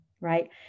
right